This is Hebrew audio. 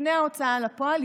לפני ההוצאה לפועל,